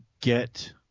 get